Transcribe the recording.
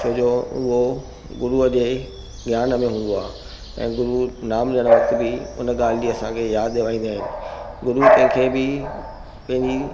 छोजो उहो गुरूअ जे ज्ञान में हूंदो आहे ऐं गुरु नाम ॾियण वक़्तु बि उन ॻाल्हि जी असांखे यादि आणींदा आहिनि गुरु कंहिंखे बि पंहिंजी